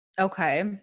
Okay